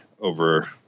over